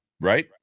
right